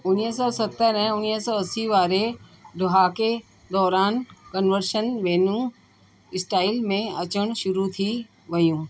उणिवीह सौ सतरि ऐं उणिवीह सौ असीं वारे ॾहाके दौरान कंवर्शन वैनूं स्टाइल में अचणु शुरू थी वियूं